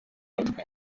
mutwe